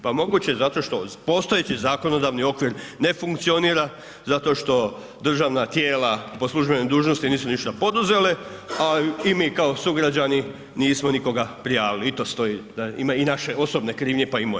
Pa moguće je zato što postojeći zakonodavni okvir ne funkcionira, zato što državna tijela po službenoj dužnosti nisu ništa poduzele a i mi kao sugrađani nismo nikoga prijavili, i to stoji, ima i naše osobne krivnje pa i moje.